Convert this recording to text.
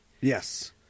Yes